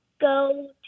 go